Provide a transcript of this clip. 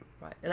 Right